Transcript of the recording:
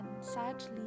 sadly